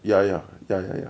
ya ya ya ya ya